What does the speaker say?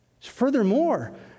Furthermore